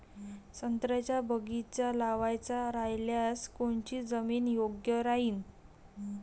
संत्र्याचा बगीचा लावायचा रायल्यास कोनची जमीन योग्य राहीन?